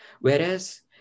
Whereas